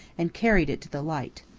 and carried it to the light.